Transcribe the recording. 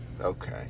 Okay